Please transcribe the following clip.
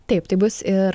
taip tai bus ir